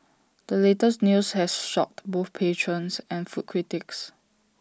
the latest news has shocked both patrons and food critics